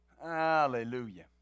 Hallelujah